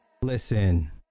Listen